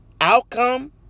outcome